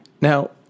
Now